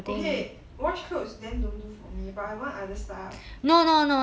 okay wash clothes then don't do for me but I want other stuff